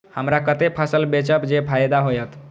हमरा कते फसल बेचब जे फायदा होयत?